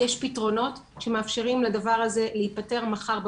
יש פתרונות שמאפשרים לדבר הזה להיפתר מחר בבוקר.